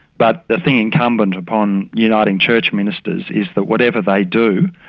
but the thing incumbent upon uniting church ministers is that whatever they do,